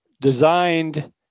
designed